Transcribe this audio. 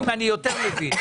נתונים אני יותר מבין.